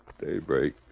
daybreak